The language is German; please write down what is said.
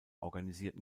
organisierten